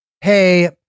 hey